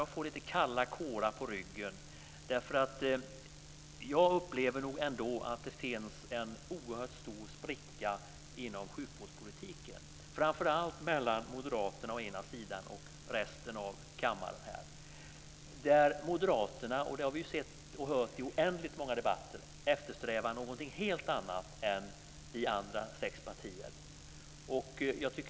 Jag får kalla kårar längs ryggen, eftersom jag nog ändå upplever att det finns en oerhört stor spricka inom sjukvårdspolitiken, framför allt mellan moderaterna å ena sidan och resten av kammaren å andra sidan. Moderaterna - och det har vi sett och hört i oändligt många debatter - eftersträvar någonting helt annat än vi andra sex partier.